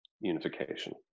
unification